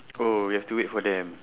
oh we have to wait for them